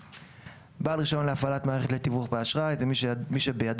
"בעל רישיון להפעלת מערכת לתיווך באשראי" - מי שבידו